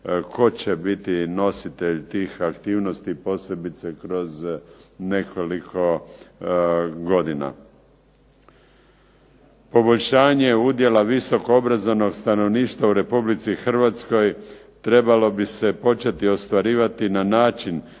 tko će biti nositelj tih aktivnosti posebice kroz nekoliko godina. Poboljšanje udjela visoko obrazovnog stanovništva u Republici Hrvatskoj trebalo bi se početi ostvarivati na način